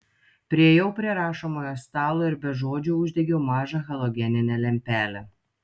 priėjau prie rašomojo stalo ir be žodžių uždegiau mažą halogeninę lempelę